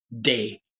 day